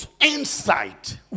Insight